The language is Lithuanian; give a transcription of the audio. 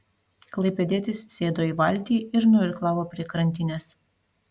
klaipėdietis sėdo į valtį ir nuirklavo prie krantinės